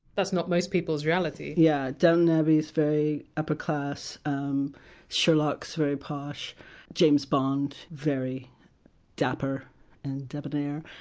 that's not most people's reality yeah, downton abbey is very upper class um sherlock's very posh james bond, very dapper and debonair.